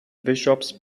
bishops